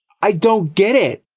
i don't get it!